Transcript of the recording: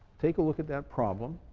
take a look at that problem,